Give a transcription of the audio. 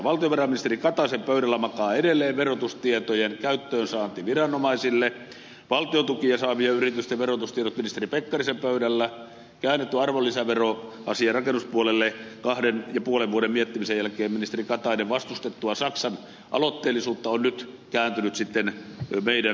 valtiovarainministeri kataisen pöydällä makaa edelleen verotustietojen käyttöönsaanti viranomaisille valtion tukia saavien yritysten verotustiedot ministeri pekkarisen pöydällä rakennuspuolella käännetyn arvonlisäveron asiassa kahden ja puolen vuoden miettimisen jälkeen ministeri katainen vastustettuaan saksan aloitteellisuutta on nyt kääntynyt sitten meidän ed